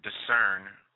discern